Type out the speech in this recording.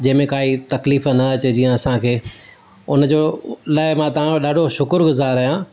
जंहिं में काई तकलीफ़ु न अचे जीअं असांखे उन जो लाइ मां तव्हांजो ॾाढो शुकुरु गुज़ार आहियां